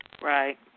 Right